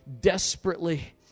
desperately